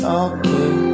okay